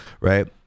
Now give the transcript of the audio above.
right